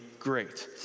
great